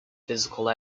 physical